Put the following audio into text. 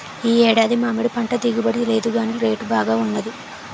ఈ ఏడాది మామిడిపంట దిగుబడి లేదుగాని రేటు బాగా వున్నది